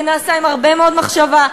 זה נעשה עם הרבה מאוד מחשבה,